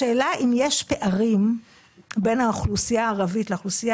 השאלה אם יש פערים בין האוכלוסייה היהודית לאוכלוסייה